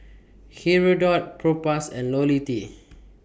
Hirudoid Propass and Ionil T